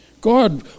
God